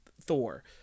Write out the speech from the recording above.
Thor